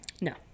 no